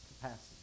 capacity